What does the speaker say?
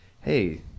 hey